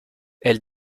elle